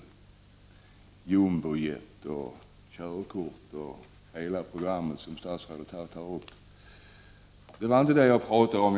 Det var inte jumbojet, körkort och hela det program som statsrådet tar upp som jag talade om.